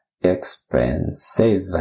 expensive